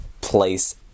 place